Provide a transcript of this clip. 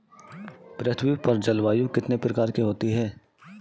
पृथ्वी पर जलवायु कितने प्रकार की होती है?